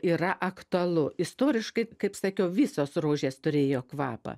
yra aktualu istoriškai kaip sakiau visos rožės turėjo kvapą